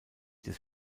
des